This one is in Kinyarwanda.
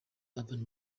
urban